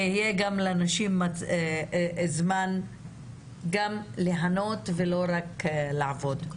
שיהיה לאנשים גם זמן ליהנות ולא רק לעבוד.